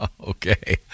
Okay